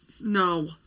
No